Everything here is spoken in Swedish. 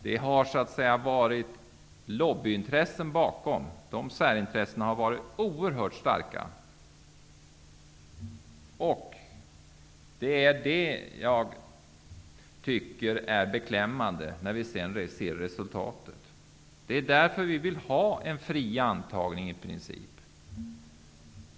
Det har varit lobbyintressen som legat bakom, och de särintressena har varit oerhört starka. Det är det som är beklämmande när vi sedan ser resultatet. Det är därför vi vill ha en i princip fri antagning.